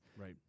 right